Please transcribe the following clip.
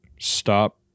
stop